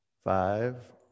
Five